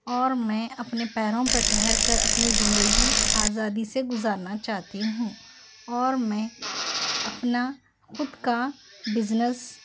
اور میں اپنے پیروں پر ٹھہر کر اپنی زندگی آزادی سے گزارنا چاہتی ہوں اور میں اپنا خود کا بزنس